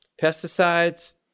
pesticides